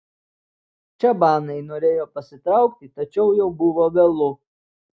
čabanai norėjo pasitraukti tačiau jau buvo vėlu